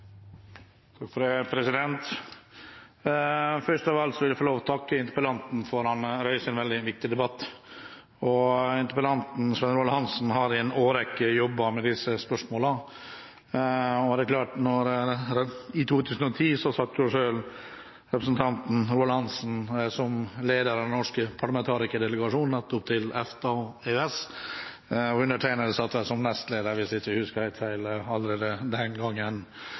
Først av alt vil jeg få lov til å takke interpellanten for at han reiser en veldig viktig debatt. Interpellanten, Svein Roald Hansen, har i en årrekke jobbet med disse spørsmålene, og i 2010 satt representanten Svein Roald Hansen selv som leder for den norske parlamentarikerdelegasjonen til nettopp EFTA og EØS, og undertegnede satt der som nestleder